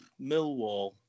Millwall